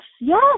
yes